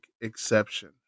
exception